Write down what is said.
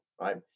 right